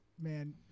Man